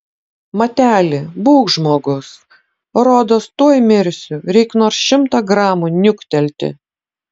mateli būk žmogus rodos tuoj mirsiu reik nors šimtą gramų niuktelti